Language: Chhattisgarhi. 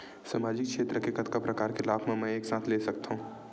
सामाजिक क्षेत्र के कतका प्रकार के लाभ मै एक साथ ले सकथव?